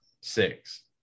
Six